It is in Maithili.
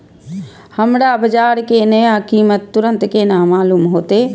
हमरा बाजार के नया कीमत तुरंत केना मालूम होते?